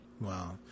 wow